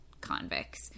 convicts